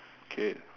K